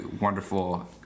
wonderful